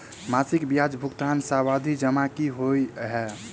मासिक ब्याज भुगतान सावधि जमा की होइ है?